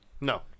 No